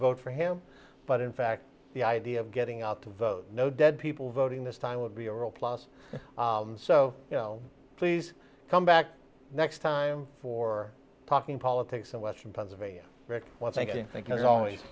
vote for him but in fact the idea of getting out to vote no dead people voting this time would be a real plus so you know please come back next time for talking politics in western pennsylvania once again think